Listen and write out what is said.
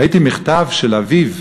ראיתי מכתב של אביו,